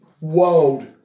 world